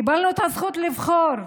קיבלנו את הזכות לבחור.